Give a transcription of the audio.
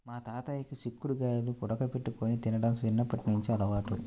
మా తాతయ్యకి చిక్కుడు గాయాల్ని ఉడకబెట్టుకొని తినడం చిన్నప్పట్నుంచి అలవాటు